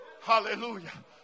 Hallelujah